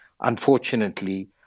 unfortunately